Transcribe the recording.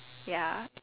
ya